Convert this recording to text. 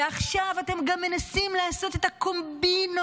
ועכשיו אתם גם מנסים לעשות את הקומבינות